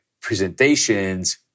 presentations